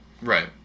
right